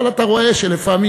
אבל אתה רואה שלפעמים,